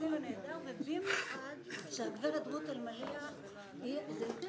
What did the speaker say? מקסים ונהדר ובמיוחד שהגברת רות אלמליח היא ---,